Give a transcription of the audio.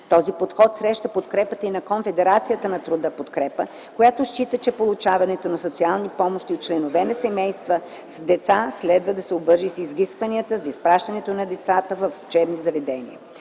Този подход среща подкрепата и на Конфедерацията на труда „Подкрепа”, която счита, че получаването на социални помощи от членове на семейства с деца следва да се обвърже и с изисквания за изпращането на децата в учебни заведения.